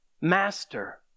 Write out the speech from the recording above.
master